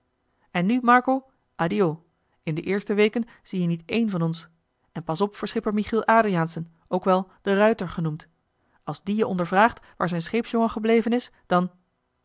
en nu marco addio in de eerste weken zie-je niet één van ons en pas op voor schipper michiel adriaenzen ook wel de ruijter genoemd als die je ondervraagt waar zijn scheepsjongen gebleven is dan